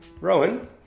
Rowan